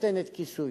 נותנת כיסוי,